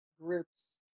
groups